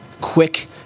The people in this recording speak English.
quick